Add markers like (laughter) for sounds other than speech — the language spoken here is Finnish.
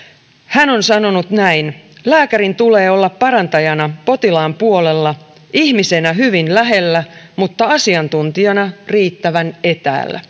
hän on sanonut näin lääkärin tulee olla parantajana potilaan puolella ihmisenä hyvin lähellä mutta asiantuntijana riittävän etäällä (unintelligible)